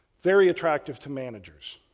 very attractive to managers.